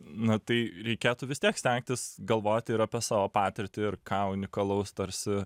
na tai reikėtų vis tiek stengtis galvoti apie savo patirtį ir ką unikalaus tarsi